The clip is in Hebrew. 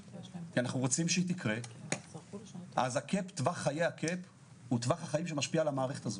כן, אז פתוח להתייחסויות, מודל פנימיות.